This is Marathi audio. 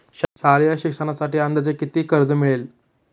शालेय शिक्षणासाठी अंदाजे किती कर्ज मिळेल?